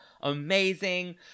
amazing